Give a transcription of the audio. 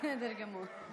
בסדר גמור.